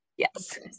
Yes